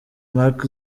mark